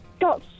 got